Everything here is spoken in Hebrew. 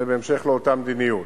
זה בהמשך לאותה מדיניות,